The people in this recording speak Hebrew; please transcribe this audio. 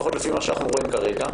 לפחות לפי מה שאנחנו רואים כרגע,